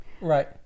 Right